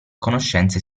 conoscenze